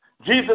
Jesus